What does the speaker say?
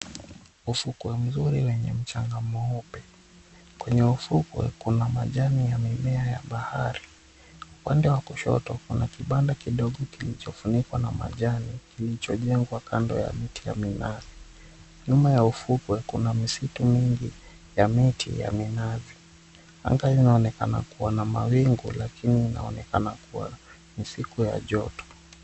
Ufukwe mzuri wenye mchanga mweupe. Kwenye ufukwe kuna majani ya mimea ya bahari. Upande wa kushoto kuna kibanda kidogo kilichofunikwa na majani, kilichojengwa kando ya miti ya minazi. Nyuma ya ufukwe kuna misitu mingi ya miti ya minazi. Anga inaonekana kuwa na mawingu lakini inaonekana ni siku ya joto.